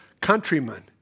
countrymen